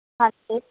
ਹਾਂਜੀ